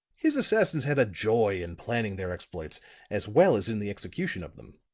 his assassins had a joy in planning their exploits as well as in the execution of them.